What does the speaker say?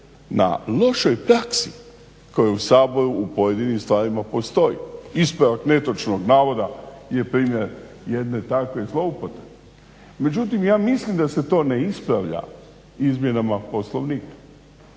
na lošoj praksi koja u Saboru u pojedinim stvarima postoji. Ispravak netočnog navoda je primjer jedne takve zloupotrebe. Međutim, ja mislim da se to ne ispravlja izmjenama Poslovnika.